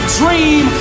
dream